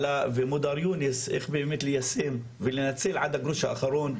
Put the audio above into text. עלא ומודר יוניס איך באמת ליישם ולנצל עד הגרוש האחרון,